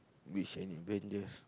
mission in vengers